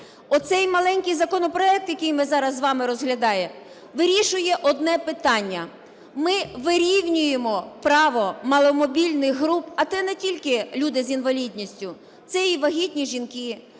Оцей маленький законопроект, який ми зараз з вами розглядаємо, вирішує одне питання: ми вирівнюємо право маломобільних груп, а це не тільки люди з інвалідністю, це і вагітні жінки,